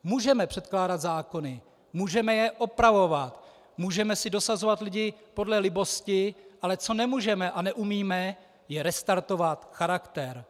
Můžeme předkládat zákony, můžeme je opravovat, můžeme si dosazovat lidi podle libosti, ale co nemůžeme a neumíme, je restartovat charakter.